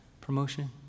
promotion